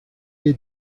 est